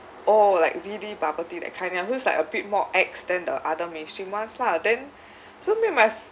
oh like V_D bubble tea that kind ya so it's like a bit more ex than the other mainstream ones lah then so me and my